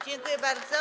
Dziękuję bardzo.